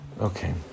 Okay